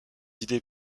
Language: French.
idées